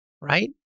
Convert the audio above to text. Right